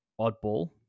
oddball